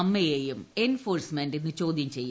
അമ്മയേയും എൻഫോഴ്സ്മെന്റ് ഇന്ന് ചോദ്യം ചെയ്യും